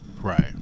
Right